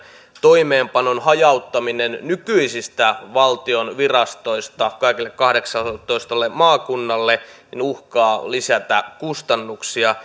toimeenpanon hajauttaminen nykyisistä valtion virastoista kaikille kahdeksalletoista maakunnalle uhkaa lisätä kustannuksia